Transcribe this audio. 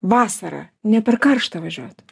vasarą ne per karšta važiuoti